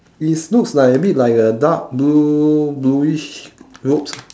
is looks like a bit like a dark blue bluish ropes